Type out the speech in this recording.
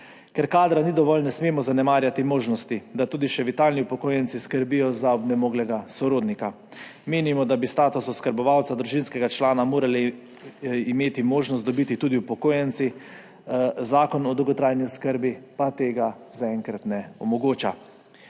Ker kadra ni dovolj, ne smemo zanemarjati možnosti, da tudi še vitalni upokojenci skrbijo za obnemoglega sorodnika. Menimo, da bi status oskrbovalca družinskega člana morali imeti možnost dobiti tudi upokojenci, Zakon o dolgotrajni oskrbi pa tega zaenkrat ne omogoča.